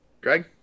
Greg